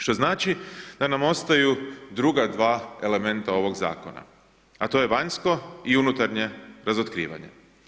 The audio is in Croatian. Što znači da nam ostaju druga dva elementa ovog zakona, a to je vanjsko i unutarnje razotkrivanje.